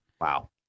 Wow